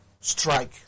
strike